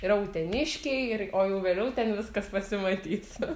yra uteniškiai ir o jau vėliau ten viskas pasimatys